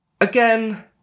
Again